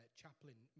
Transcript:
chaplain